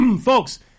folks